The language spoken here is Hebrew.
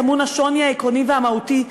טמון השוני העקרוני והמהותי,